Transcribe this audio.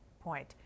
point